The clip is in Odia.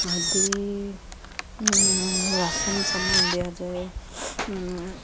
ଆଦି ରାସନ ସମାନ ଦିଆଯାଏ